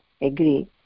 agree